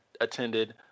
attended